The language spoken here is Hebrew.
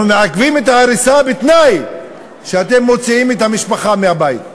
אנחנו מעכבים את ההריסה בתנאי שאתם מוציאים את המשפחה מהבית.